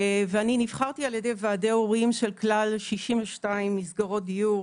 ואני נבחרתי על ידי ועדי הורים של כלל 62 מסגרות דיור